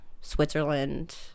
Switzerland